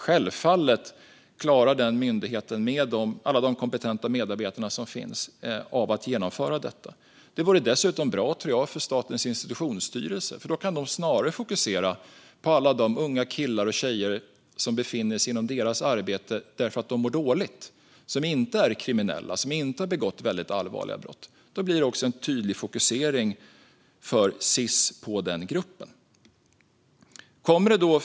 Självklart klarar myndigheten med alla de kompetenta medarbetarna av att genomföra detta. Det vore dessutom bra för Statens institutionsstyrelse eftersom de då snarare kan fokusera på alla de unga killar och tjejer som befinner sig inom deras arbetsområde därför att de mår dåligt och som inte är kriminella och inte har begått allvarliga brott. Då blir det en tydlig fokusering för Sis på den gruppen. Fru talman!